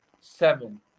seven